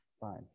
Fine